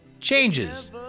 changes